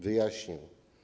Wyjaśnię.